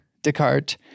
Descartes